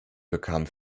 bekam